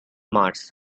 mars